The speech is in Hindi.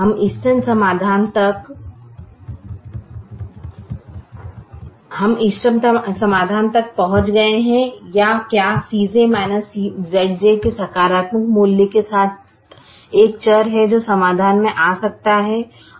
हम इष्टतम समाधान तक पहुंच गए हैं या क्या Cj Zj के सकारात्मक मूल्य के साथ एक चर है जो समाधान में आ सकता है